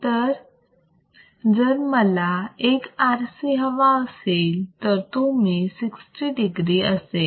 तर जर मला एक RC हवा असेल तर तो 60 degree असेल